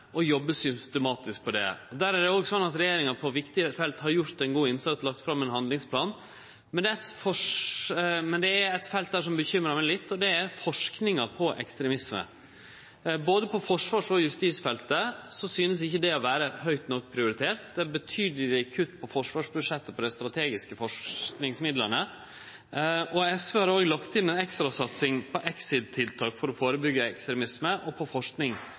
og jobbe systematisk med det. Der har regjeringa på viktige felt gjort ein god innsats og lagt fram ein handlingsplan, men det er eitt felt der som uroar meg litt, og det gjeld forsking på ekstremisme. På forsvars- og justisfeltet synest ikkje dette å vere høgt nok prioritert; det er betydelege kutt på forsvarsbudsjettet i dei strategiske forskingsmidlane. SV har òg lagt inn ei ekstrasatsing på exit-tiltak for å førebyggje ekstremisme og for forsking på